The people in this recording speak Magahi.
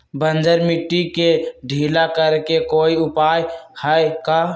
बंजर मिट्टी के ढीला करेके कोई उपाय है का?